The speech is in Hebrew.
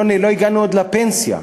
לא הגענו עוד לפנסיה.